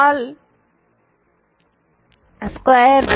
n 2k